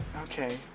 Okay